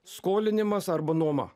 skolinimas arba nuoma